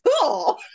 Cool